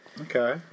Okay